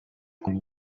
کنید